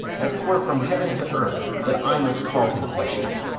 as twere from heaven to earth, that i must call't in question.